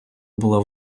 була